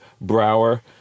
brower